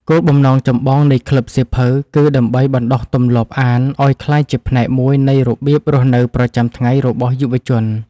គោលបំណងចម្បងនៃក្លឹបសៀវភៅគឺដើម្បីបណ្តុះទម្លាប់អានឱ្យក្លាយជាផ្នែកមួយនៃរបៀបរស់នៅប្រចាំថ្ងៃរបស់យុវជន។